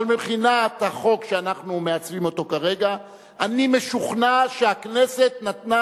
אבל מבחינת החוק שאנחנו מעצבים כרגע אני משוכנע שהכנסת נתנה